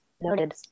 Noted